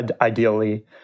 ideally